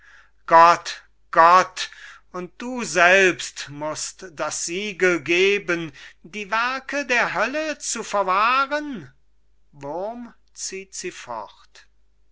gott gott und du selbst mußt das siegel geben die werke der hölle zu verwahren